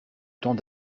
temps